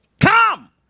come